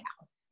House